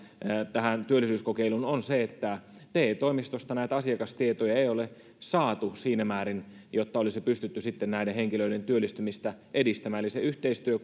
tähän työllisyyskokeiluun on se että te toimistosta näitä asiakastietoja ei ole saatu siinä määrin että olisi pystytty sitten näiden henkilöiden työllistymistä edistämään eli se yhteistyö